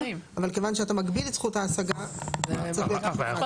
אבל כיוון שאתה מגביל את זכות ההשגה אז זה צריך להיות באישור ועדה.